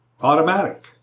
automatic